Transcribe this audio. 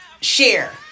share